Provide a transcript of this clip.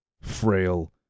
frail